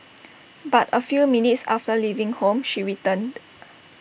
but A few minutes after leaving home she returned